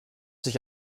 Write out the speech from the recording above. sich